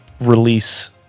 release